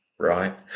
Right